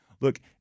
Look